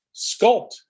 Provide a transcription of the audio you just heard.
sculpt